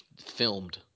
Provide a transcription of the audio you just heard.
filmed